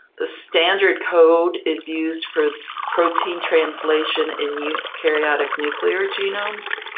the standard code is used for protein translation in eukaryotic nuclear genomes.